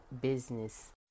business